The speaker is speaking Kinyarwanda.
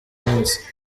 minsi